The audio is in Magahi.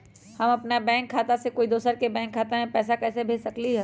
हम अपन बैंक खाता से कोई दोसर के बैंक खाता में पैसा कैसे भेज सकली ह?